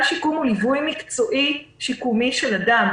שיקום הוא ליווי מקצועי שיקומי של אדם,